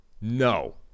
no